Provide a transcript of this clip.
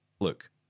look